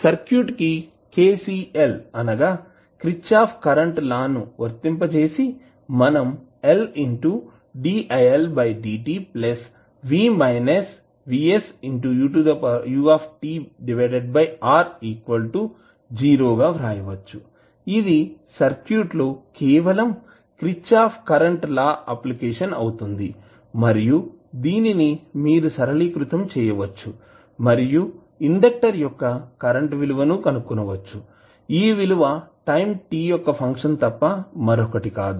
circuit కి KCL ను వర్తింపజేసి మనం గా వ్రాయవచ్చు ఇది సర్క్యూట్లో కేవలం క్రిచ్ఛాప్ కరెంట్ లా అప్లికేషన్ అవుతుంది మరియు దీనిని మీరు సరళీకృతం చేయవచ్చు మరియు ఇండక్టర్ యొక్క కరెంట్ విలువను కనుగొనవచ్చు ఈ విలువ టైం t యొక్క ఫంక్షన్ తప్ప మరొకటి కాదు